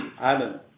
Alan